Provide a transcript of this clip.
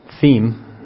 theme